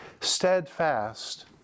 steadfast